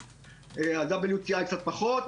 ה-WTI קצת פחות.